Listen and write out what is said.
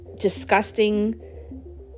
disgusting